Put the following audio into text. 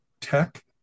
tech